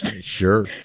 Sure